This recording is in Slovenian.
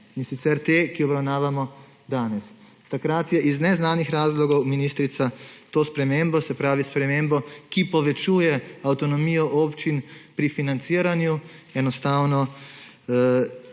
in sicer te, ki jo obravnavamo danes. Takrat je iz neznanih razlogov ministrica to spremembo, se pravi, spremembo, ki povečuje avtonomijo občin pri financiranju, enostavno